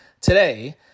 today